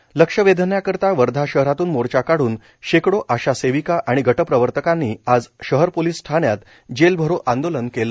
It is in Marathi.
याकडे लक्ष वेधण्याकरिता वर्धा शहरातून मोर्चा काढून शकडो आशा सेविका आणि गटप्रवर्तकांनी आज शहर पोलीस ठाण्यात जेलभरो आंदोलन केले